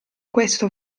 questo